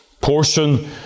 portion